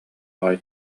аҕай